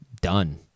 done